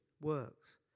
works